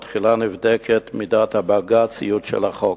תחילה נבדקת מידת הבג"ציות של החוק.